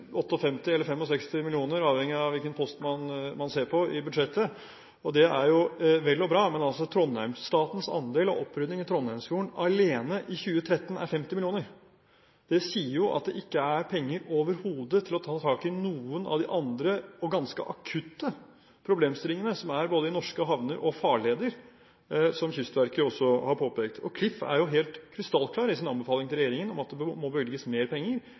eller 65 mill. kr – avhengig av hvilken post man ser på i budsjettet. Det er jo vel og bra, men statens andel av opprydding i Trondheimsfjorden alene i 2013 er 50 mill. kr. Det sier jo at det ikke er penger overhodet til å ta tak i noen av de andre, og ganske akutte, problemstillingene som er både i norske havner og farleder, som Kystverket også har påpekt. KLIF er helt krystallklar i sin anbefaling til regjeringen om at det må bevilges mer penger.